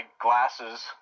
glasses